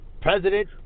president